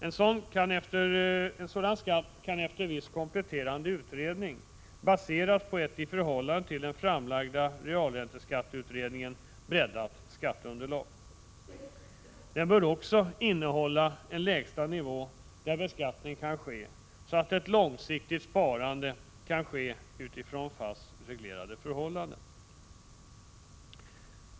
En sådan skatt kan efter viss kompletterande utredning baseras på ett i förhållande till den framlagda realränteskatteutredningen breddat skatteunderlag. Den bör också ange en lägsta nivå där beskattning kan ske, så att ett långsiktigt sparande blir möjligt utifrån fast reglerade förhållanden.